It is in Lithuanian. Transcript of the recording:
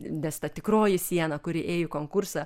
nes ta tikroji siena kuri ėjo į konkursą